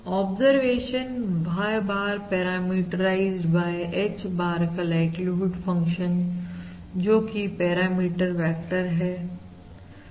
observation Y bar parameterized by H bar का likelihood function जो कि पैरामीटर वेक्टर है